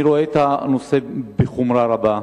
אני רואה את הנושא בחומרה רבה,